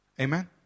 Amen